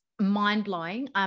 mind-blowing